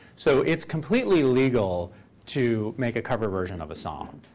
so it's completely legal to make a cover version of a song.